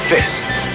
Fists